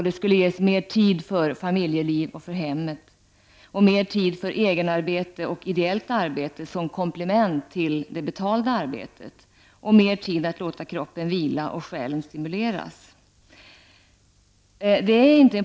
Det skulle ges mer tid för familjeliv och för hemmet, mer tid för egenarbete och ideellt arbete som komplement till det betalda arbetet, och mer tid för att låta kroppen vila och själen stimuleras.